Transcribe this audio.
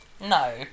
no